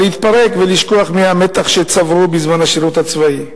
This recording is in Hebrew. להתפרק ולשכוח מהמתח שצברו בזמן השירות הצבאי.